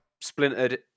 splintered